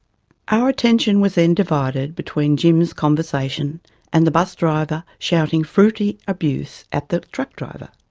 our attention was then divided between jim's conversation and the bus driver shouting fruity abuse at the truck driver.